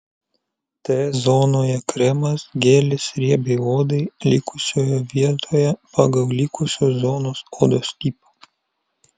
t zonoje kremas gelis riebiai odai likusioje vietoje pagal likusios zonos odos tipą